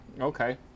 Okay